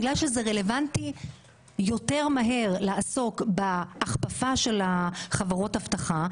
בגלל שזה רלוונטי יותר מהר לעסוק בהכפפה של חברות האבטחה,